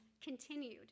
continued